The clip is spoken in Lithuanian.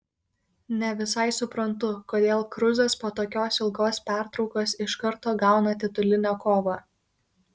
ne visai suprantu kodėl kruzas po tokios ilgos pertraukos iš karto gauna titulinę kovą